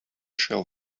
shell